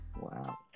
Wow